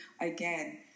Again